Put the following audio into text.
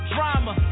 Drama